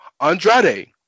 Andrade